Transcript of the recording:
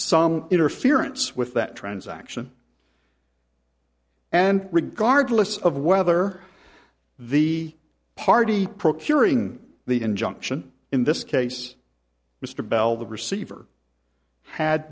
some interference with that transaction and regardless of whether the party procuring the injunction in this case mr bell the receiver had